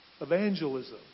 evangelism